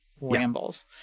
rambles